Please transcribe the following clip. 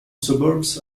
suburbs